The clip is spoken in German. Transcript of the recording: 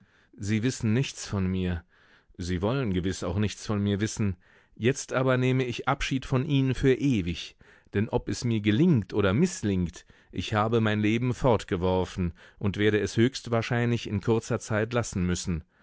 sie wissen nichts von mir sie wollen gewiß auch nichts von mir wissen jetzt aber nehme ich abschied von ihnen für ewig denn ob es mir gelingt oder mißlingt ich habe mein leben fortgeworfen und werde es höchstwahrscheinlich in kurzer zeit lassen müssen